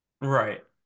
Right